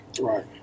Right